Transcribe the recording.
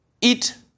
eat